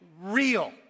real